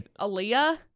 Aaliyah